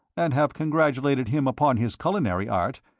and have congratulated him upon his culinary art.